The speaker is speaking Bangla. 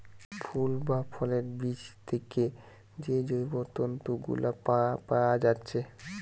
ফুল বা ফলের বীজ থিকে যে জৈব তন্তু গুলা পায়া যাচ্ছে